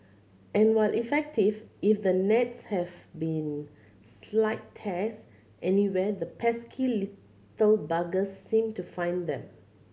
and while effective if the nets have been slight tears anywhere the pesky little buggers seem to find them